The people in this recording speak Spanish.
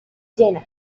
llena